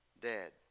dead